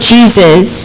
Jesus